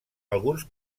alguns